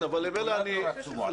התחלופה עצומה.